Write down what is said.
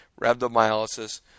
rhabdomyolysis